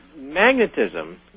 Magnetism